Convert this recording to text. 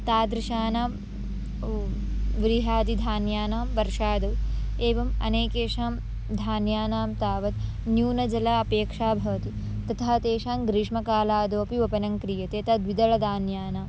तादृशानां व्रिह्यादिधान्यानां वर्षादौ एवम् अनेकेषां धान्यानां तावत् न्यूनजल अपेक्षा भवति तथा तेषां ग्रीष्मकालादौ अपि वपनं क्रियते तद् द्विदलधान्यानां